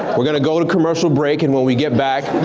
we're gonna go to commercial break and when we get back,